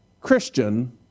Christian